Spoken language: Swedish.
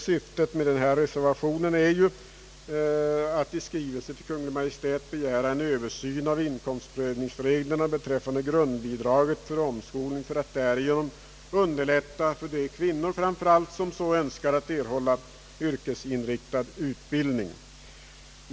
Syftet med reservationen är att riksdagen i skrivelse till Kungl. Maj:t skall begära en översyn av inkomstprövningsreglerna beträffande grundbidraget för omskolning för att därigenom underlätta för framför allt de kvinnor som så önskar att erhålla yrkesinriktad utbildning.